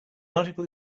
article